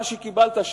מה שקיבלת,